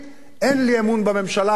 אין לי אמון בממשלה הזאת.